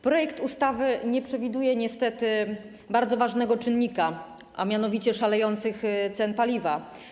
Projekt ustawy nie przewiduje niestety bardzo ważnego czynnika, a mianowicie szalejących cen paliwa.